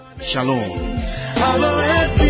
Shalom